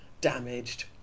damaged